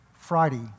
Friday